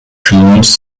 tunes